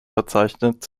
verzeichnet